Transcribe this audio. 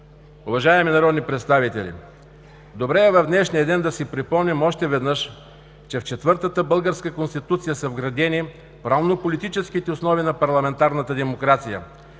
Уважаеми народни представители, добре е в днешния ден да си припомним още веднъж, че в четвъртата българска Конституция са вградени правно-политическите основи на парламентарната демокрация.